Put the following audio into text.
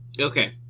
Okay